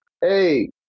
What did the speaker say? Hey